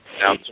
Now